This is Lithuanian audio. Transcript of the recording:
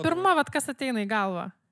pirma vat kas ateina į galvą